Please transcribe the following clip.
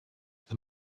this